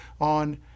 on